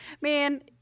man